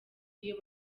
iyo